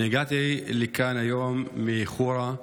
הגעתי לכאן היום מחורה,